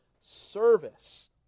service